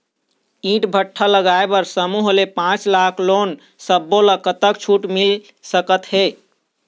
ईंट भट्ठा लगाए बर समूह ले पांच लाख लाख़ लोन ले सब्बो ता कतक छूट मिल सका थे?